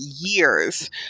years